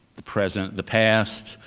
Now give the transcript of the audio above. the present, the past,